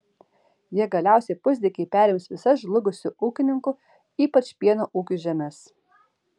jie galiausiai pusdykiai perims visas žlugusių ūkininkų ypač pieno ūkių žemes